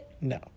No